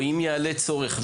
או אם יעלה צורך,